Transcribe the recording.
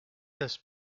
this